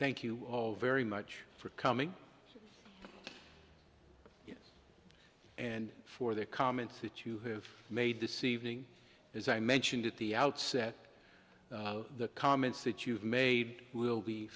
thank you all very much for coming and for the comments that you have made this evening as i mentioned at the outset the comments that you've made will be